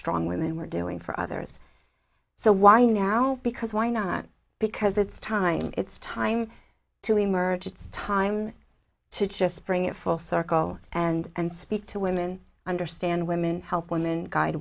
trong women were doing for others so why now because why not because it's time it's time to emerge it's time to just bring it full circle and speak to women understand women help women guide